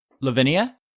Lavinia